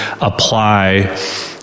apply